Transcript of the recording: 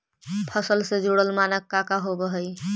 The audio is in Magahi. फसल से जुड़ल मानक का का होव हइ?